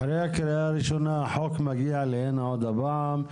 אחרי הקריאה הראשונה החוק מגיע הנה עוד פעם,